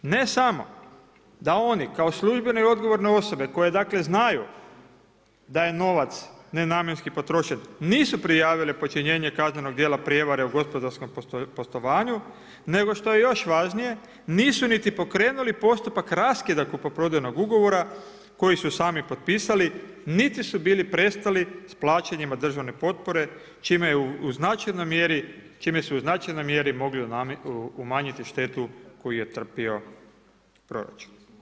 Ne samo da oni kao službene i odgovorne osobe koje znaju da je novac nenamjenski potrošen nisu prijavile počinjenje kaznenog djela prijevare u gospodarskom poslovanju, nego što je još važnije nisu niti pokrenuli postupak raskida kupoprodajnog ugovora koji su sami potpisali niti su bili prestali s plaćanjima državne potpore čime su u značajnoj mjeri mogli umanjiti štetu koju je trpio proračun.